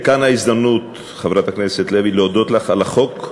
כאן ההזדמנות, חברת הכנסת לוי, להודות לך על החוק,